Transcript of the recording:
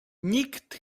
nikt